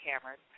cameras